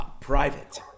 private